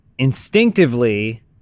Instinctively